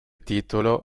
titolo